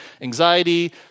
anxiety